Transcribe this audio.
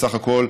בסך הכול,